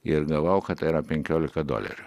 ir gavau kad tai yra penkiolika dolerių